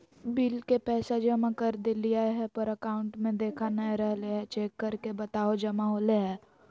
Bill के पैसा जमा कर देलियाय है पर अकाउंट में देखा नय रहले है, चेक करके बताहो जमा होले है?